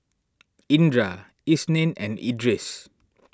Indra Isnin and Idris